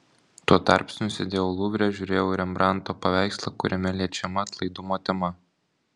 tuo tarpsniu sėdėjau luvre žiūrėjau į rembrandto paveikslą kuriame liečiama atlaidumo tema